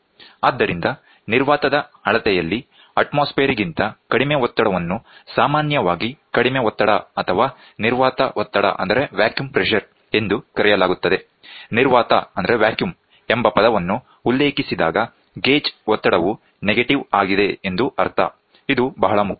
ಆದ್ದರಿಂದ ನಿರ್ವಾತದ ಅಳತೆಯಲ್ಲಿ ಅತ್ಮೋಸ್ಫೇರಿಕ್ ಗಿಂತ ಕಡಿಮೆ ಒತ್ತಡವನ್ನು ಸಾಮಾನ್ಯವಾಗಿ ಕಡಿಮೆ ಒತ್ತಡ ಅಥವಾ ನಿರ್ವಾತ ಒತ್ತಡ ಎಂದು ಕರೆಯಲಾಗುತ್ತದೆ ನಿರ್ವಾತ ಎಂಬ ಪದವನ್ನು ಉಲ್ಲೇಖಿಸಿದಾಗ ಗೇಜ್ ಒತ್ತಡವು ನೆಗೆಟಿವ್ ಆಗಿದೆ ಎಂದು ಅರ್ಥ ಇದು ಬಹಳ ಮುಖ್ಯ